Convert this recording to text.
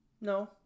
No